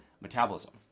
metabolism